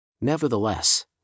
Nevertheless